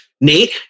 Nate